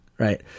Right